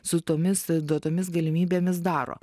su tomis duotomis galimybėmis daro